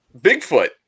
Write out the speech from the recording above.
Bigfoot